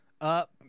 up